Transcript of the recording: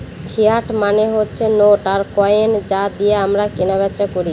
fiat মানে হচ্ছে note আর কয়েন যা দিয়ে আমরা কেনা বেচা করি